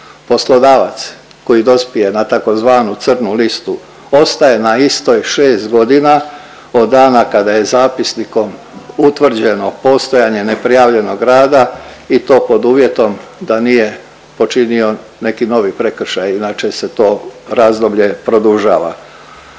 Poslodavac koji dospije na tzv. crnu listu ostaje na istoj 6 godina od dana kada je zapisnikom utvrđeno postojanje neprijavljenog rada i to pod uvjetom da nije počinio neki novi prekršaj, inače se to razdoblje produžava.